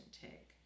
take